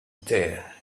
there